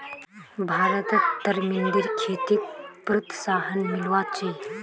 भारतत तरमिंदेर खेतीक प्रोत्साहन मिलवा चाही